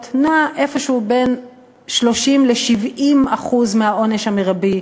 נע איפשהו בין 30% ל-70% מהעונש המרבי,